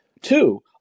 Two